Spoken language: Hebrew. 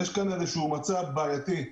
יש כאן איזשהו מצב בעייתי.